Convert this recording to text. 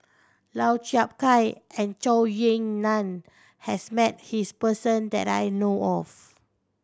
Lau Chiap Khai and Zhou Ying Nan has met this person that I know of